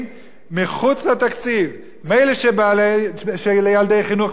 מילא שילדי חינוך מיוחד מחוץ לתקציב של משרד החינוך,